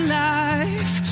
life